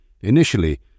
Initially